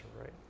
right